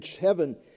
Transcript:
heaven